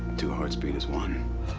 two hearts beat as one.